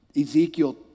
Ezekiel